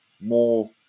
more